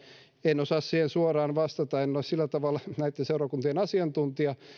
en osaa siihen suoraan vastata en ole sillä tavalla näitten seurakuntien asiantuntija